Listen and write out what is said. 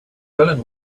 berlin